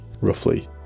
roughly